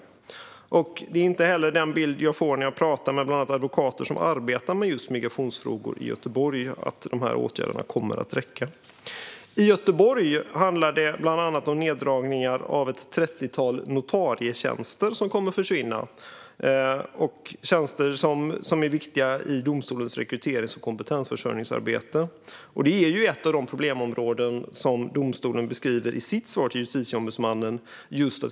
Att åtgärderna kommer att räcka är inte heller den bild jag får när jag pratar med advokater som bland annat arbetar med migrationsfrågor i Göteborg. I Göteborg handlar det bland annat om neddragningar av ett trettiotal notarietjänster som kommer att försvinna. Det är tjänster som är viktiga i domstolens rekryterings och kompetensförsörjningsarbete. Att rekrytera just kompetenta föredragande inom migrationsrätt är ett av de problemområden som domstolen beskriver i sitt svar till Justitieombudsmannen.